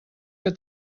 que